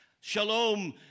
Shalom